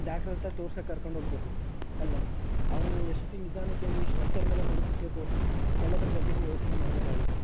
ಡಾಕ್ಟ್ರ ಹತ್ರ ತೋರ್ಸೋಕೆ ಕರ್ಕೊಂಡೋಗ್ಬೇಕು ಅಲ್ವ ಅವರನ್ನ ಎಷ್ಟು ನಿಧಾನಕ್ಕೋಗಿ ಸ್ಟ್ರೆಕ್ಚರ್ ಮೇಲೆ ಮಲಗಿಸ್ಬೇಕು ಎಲ್ಲದ್ರ ಬಗ್ಗೆಯೂ ಯೋಚನೆ ಮಾಡಬೇಕಾಗುತ್ತೆ